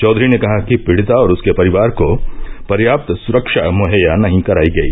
चौधरी ने कहा कि पीडिता और उसके परिवार को पर्याप्त सुरक्षा मुहैया नही कराई गई